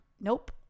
Nope